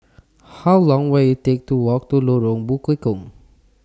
How Long Will IT Take to Walk to Lorong Bekukong